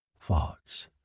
Thoughts